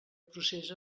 procés